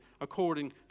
according